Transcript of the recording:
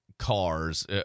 Cars